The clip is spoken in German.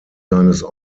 seines